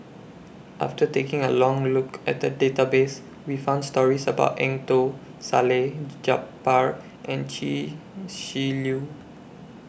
after taking A Long Look At The Database We found stories about Eng Tow Salleh Japar and Chia Shi Lu